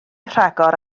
rhagor